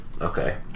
Okay